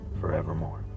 forevermore